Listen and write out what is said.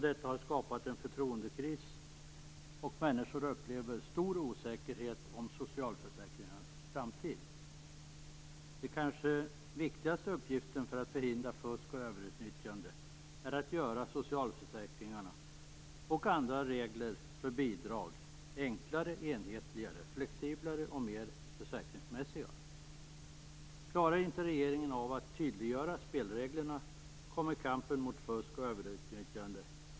Detta har skapat en förtroendekris, och människor känner stor osäkerhet om socialförsäkringarnas framtid. Den kanske viktigaste uppgiften för att förhindra fusk och överutnyttjande är att göra socialförsäkringarna och andra regler för bidrag enklare, enhetligare, flexiblare och mer försäkringsmässiga. Klarar inte regeringen av att tydliggöra spelreglerna måste vi fortsätta föra kampen mot fusk och överutnyttjande.